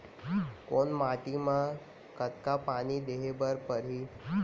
कोन माटी म कतका पानी देहे बर परहि?